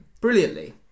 brilliantly